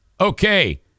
Okay